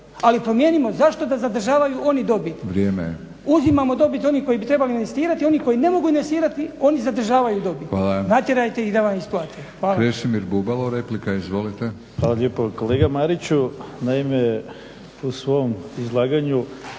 ali promijenimo zašto da zadržavaju oni dobit? Uzimamo dobit onih koji bi trebali investirati i oni koji ne mogu investirati oni zadržavaju dobit, natjerajte ih da vam isplate. **Batinić, Milorad (HNS)** Hvala. Krešimir Bubalo replika, izvolite. **Bubalo, Krešimir (HDSSB)** Hvala lijepo. Kolega Mariću, naime u svom izlaganju